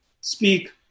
speak